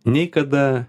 nei kada